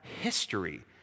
history